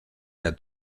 der